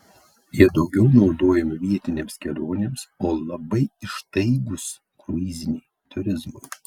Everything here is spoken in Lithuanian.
jie daugiau naudojami vietinėms kelionėms o labai ištaigūs kruiziniai turizmui